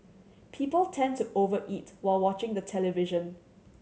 people tend to over eat while watching the television